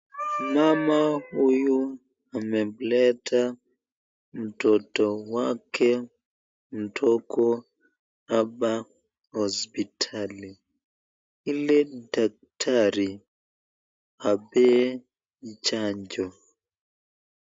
Mama huyu amemleta mtoto wake mtoto hapa hospitali, ili daktari ampe chanjo.